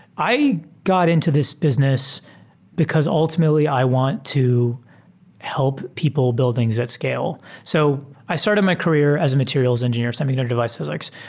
i got into this business because ultimately i want to help people build things at scale. so i started my career as a materials engineer, something on you know device physics.